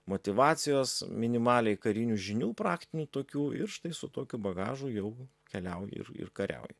motyvacijos minimaliai karinių žinių praktinių tokių ir štai su tokiu bagažu jau keliauja ir ir kariauja